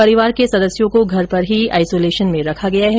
परिवार के सदस्यों को घर पर ही आईसोलेशन पर रखा गया है